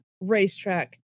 Racetrack